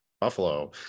Buffalo